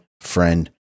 Friend